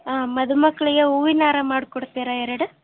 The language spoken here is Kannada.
ಹಾಂ ಮದು ಮಕ್ಕಳಿಗೆ ಹೂವಿನ ಹಾರ ಮಾಡ್ಕೊಡ್ತೀರಾ ಎರಡು